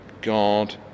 God